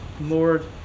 Lord